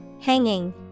Hanging